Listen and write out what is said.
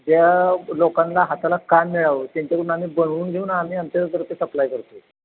ज्या लोकांना हाताला काम मिळावं त्यांच्याकडून आम्ही बनवून घेऊन आम्ही आमच्यातर्फे सप्लाय करतो आहे